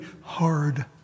hard